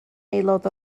aelod